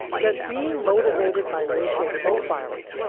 does being motivated by racial profiling,